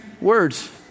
words